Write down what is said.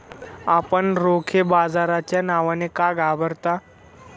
आपण रोखे बाजाराच्या नावाने का घाबरता?